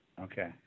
Okay